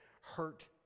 hurt